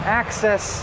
access